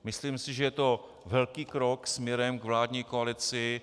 Myslím si, že to je velký krok směrem k vládní koalici.